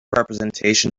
representation